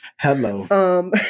Hello